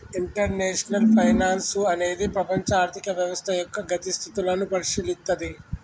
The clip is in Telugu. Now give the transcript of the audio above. ఇంటర్నేషనల్ ఫైనాన్సు అనేది ప్రపంచ ఆర్థిక వ్యవస్థ యొక్క గతి స్థితులను పరిశీలిత్తది